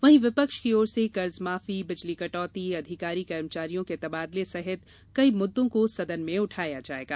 वहीं विपक्ष की ओर से कर्ज माफी बिजली कटौती अधिकारी कर्मचारियों के तबादले सहित कई मुद्दों को सदन में उठाया जाएगा